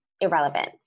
irrelevant